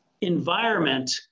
environment